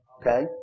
Okay